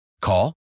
Call